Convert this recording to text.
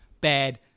Bad